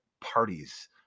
parties